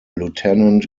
lieutenant